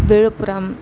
Villupuram